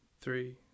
three